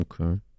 Okay